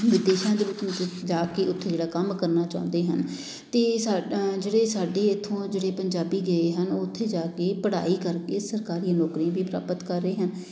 ਵਿਦੇਸ਼ਾਂ ਦੇ ਵਿੱਚ ਜਾ ਕੇ ਉੱਥੇ ਜਿਹੜਾ ਕੰਮ ਕਰਨਾ ਚਾਹੁੰਦੇ ਹਨ ਅਤੇ ਸਾਡਾ ਜਿਹੜੇ ਸਾਡੇ ਇੱਥੋਂ ਜਿਹੜੇ ਪੰਜਾਬੀ ਗਏ ਹਨ ਉੱਥੇ ਜਾ ਕੇ ਪੜ੍ਹਾਈ ਕਰਕੇ ਸਰਕਾਰੀ ਨੌਕਰੀ ਵੀ ਪ੍ਰਾਪਤ ਕਰ ਰਹੇ ਹਨ